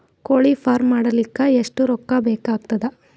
ಕೋಳಿ ಫಾರ್ಮ್ ಮಾಡಲಿಕ್ಕ ಎಷ್ಟು ರೊಕ್ಕಾ ಬೇಕಾಗತದ?